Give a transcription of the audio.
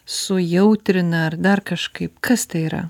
sujautrina ar dar kažkaip kas tai yra